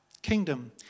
Kingdom